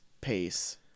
pace